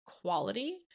quality